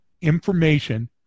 information